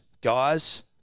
Guys